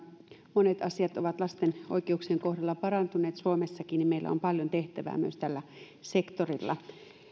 monet asiat ovat lasten oikeuksien kohdalla parantuneet suomessakin niin meillä on paljon tehtävää myös tällä sektorilla